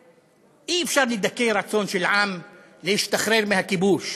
שאי-אפשר לדכא רצון של עם להשתחרר מהכיבוש